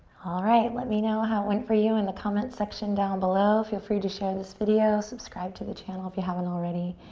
alright, let me know how it went for you in the comments section down below. feel free to share this video. subscribe to the channel if you haven't already.